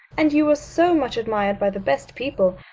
and you were so much admired by the best people.